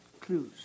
clues